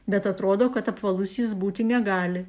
bet atrodo kad apvalus jis būti negali